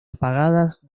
apagadas